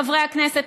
חברי הכנסת,